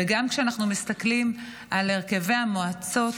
וגם על הרכבי המועצות,